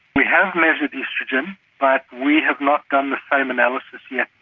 we have measured oestrogen but we have not done the same analysis yet.